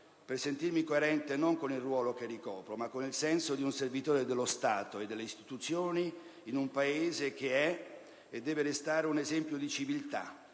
per sentirmi coerente non con il ruolo che ricopro, ma con il senso di un servitore dello Stato e delle istituzioni in un Paese che è e deve restare un esempio di civiltà